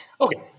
Okay